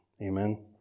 Amen